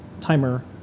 timer